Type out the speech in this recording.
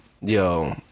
yo